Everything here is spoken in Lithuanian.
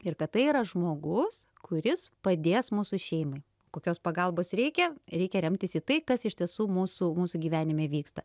ir kad tai yra žmogus kuris padės mūsų šeimai kokios pagalbos reikia reikia remtis į tai kas iš tiesų mūsų mūsų gyvenime vyksta